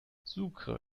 sucre